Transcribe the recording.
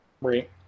Right